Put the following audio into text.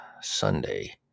Sunday